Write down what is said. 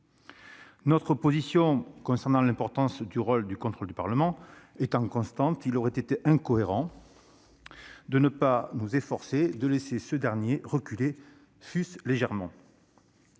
Notre position concernant l'importance du rôle de contrôle du Parlement étant constante, il aurait été incohérent de laisser ce dernier reculer, fût-ce légèrement.